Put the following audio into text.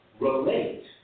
relate